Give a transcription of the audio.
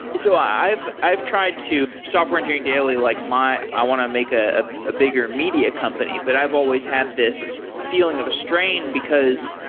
so i've i've tried to software engineering daily, like my i want to make ah a bigger media company, but i've always had this feeling of a strain, because